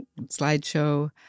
slideshow